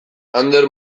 ander